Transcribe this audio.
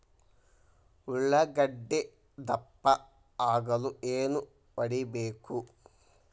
ಉಳ್ಳಾಗಡ್ಡೆ ದಪ್ಪ ಆಗಲು ಏನು ಹೊಡಿಬೇಕು?